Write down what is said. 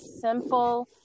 simple